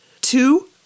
two